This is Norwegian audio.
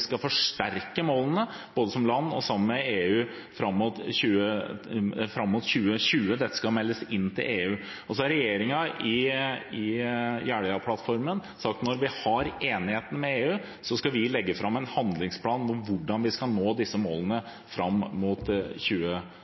skal forsterke målene, både som land og sammen med EU, fram mot 2020. Dette skal meldes inn til EU. Så har regjeringen i Jeløya-plattformen sagt at når vi har enigheten med EU, skal vi legge fram en handlingsplan om hvordan vi skal nå disse målene fram mot